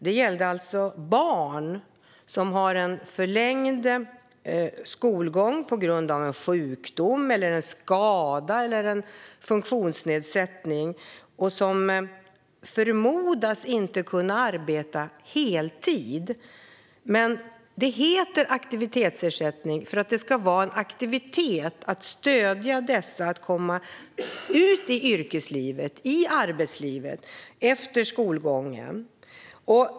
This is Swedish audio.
Det är barn som har en förlängd skolgång på grund av sjukdom, skada eller funktionsnedsättning och som förmodas inte kommer att kunna arbeta heltid. Det heter aktivitetsersättning för att det ska vara en aktivitet där man stöder dem att komma ut i yrkes och arbetslivet efter skolgången.